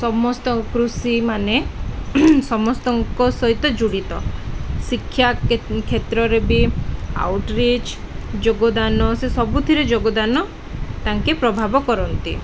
ସମସ୍ତ କୃଷିମାନେ ସମସ୍ତଙ୍କ ସହିତ ଜଡ଼ିତ ଶିକ୍ଷା କ୍ଷେତ୍ରରେ ବି ଆଉଟ୍ ରିଚ୍ ଯୋଗଦାନ ସେ ସବୁଥିରେ ଯୋଗଦାନ ତାଙ୍କେ ପ୍ରଭାବ କରନ୍ତି